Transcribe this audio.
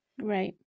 Right